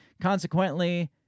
Consequently